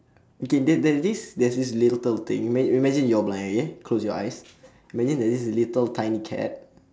okay there there is this there's this little thing ima~ imagine you're blind okay close your eyes imagine there is this little tiny cat